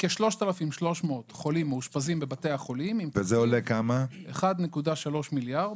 כ-3,300 חולים מאושפזים בבתי החולים עם תקציב של 1.3 מיליארד,